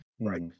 Right